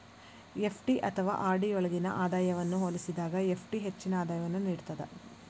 FD ಅಥವಾ RD ಯೊಳ್ಗಿನ ಆದಾಯವನ್ನ ಹೋಲಿಸಿದಾಗ ಎಫ್.ಡಿ ಹೆಚ್ಚಿನ ಆದಾಯವನ್ನು ನೇಡ್ತದ